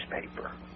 newspaper